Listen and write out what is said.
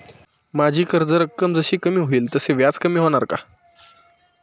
माझी कर्ज रक्कम जशी कमी होईल तसे व्याज कमी होणार का?